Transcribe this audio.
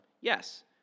Yes